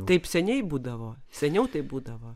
taip seniai būdavo seniau taip būdavo